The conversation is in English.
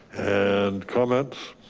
and comments,